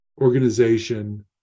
organization